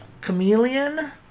Chameleon